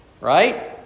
Right